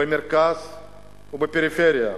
במרכז ובפריפריה,